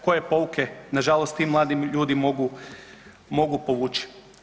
Koje pouke na žalost ti mladi ljudi mogu povući?